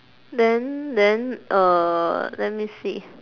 then then uh let me see